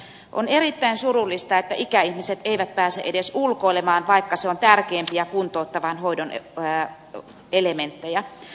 on erittäin surullista että ikäihmiset eivät pääse edes ulkoilemaan vaikka se on tärkeimpiä kuntouttavan hoidon elementtejä